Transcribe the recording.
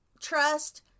trust